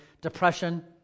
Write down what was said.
depression